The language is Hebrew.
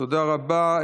תודה רבה.